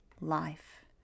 life